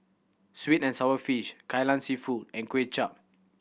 sweet and sour fish Kai Lan Seafood and Kuay Chap